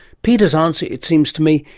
peter's answer, it seems to me,